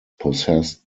possessed